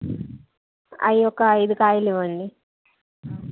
అవి ఒక ఐదు కాయలు ఇవ్వండి